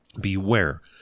Beware